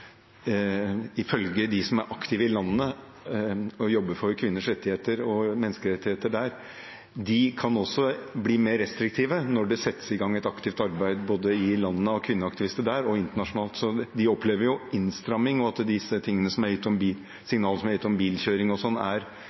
ifølge dem som er aktive i landet og jobber for kvinners rettigheter og menneskerettigheter der, også kan bli mer restriktive når det settes i gang aktivt arbeid i landet både av kvinneaktivister der og internasjonalt. De opplever innstramming og at de signalene som er gitt om bilkjøring og sånt, er mer pynt, kakepynt, og